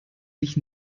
sich